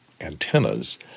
antennas